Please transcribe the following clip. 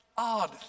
Odd